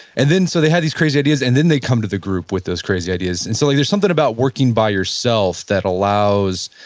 and so they had these crazy ideas and then they come to the group with those crazy ideas, and so like there's something about working by yourself that allows,